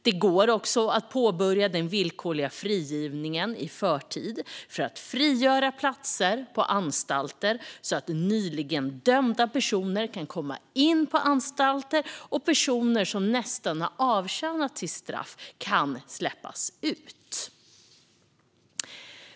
Det går också att påbörja den villkorliga frigivningen i förtid för att frigöra platser på anstalter så att nyligen dömda personer kan komma in på anstalter och personer som nästan har avtjänat sitt straff kan släppas ut.